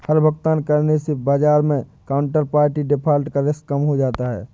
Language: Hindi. हर भुगतान करने से बाजार मै काउन्टरपार्टी डिफ़ॉल्ट का रिस्क कम हो जाता है